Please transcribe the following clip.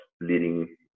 leading